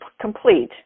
complete